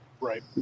Right